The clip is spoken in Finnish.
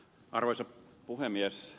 arvoisa puhemies